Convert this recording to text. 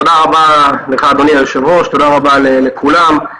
תודה רבה לך, אדוני היושב-ראש, תודה רבה לכולם.